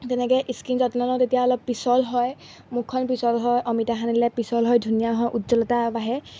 তেনেকৈ স্কিন যত্ন লওঁ তেতিয়া অলপ পিছল হয় মুখখন পিছল হয় অমিতা সানিলে পিচল হয় ধুনীয়া হয় উজ্জ্বলতা বাঢ়ে